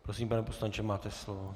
Prosím, pane poslanče, máte slovo.